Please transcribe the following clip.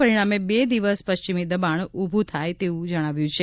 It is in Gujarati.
પરિણામે બે દિવસ પશ્ચિમી દબાણ ઉભું થાય તેવું જણાવ્યું છે